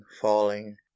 falling